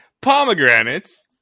Pomegranates